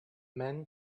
men